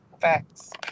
Facts